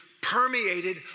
permeated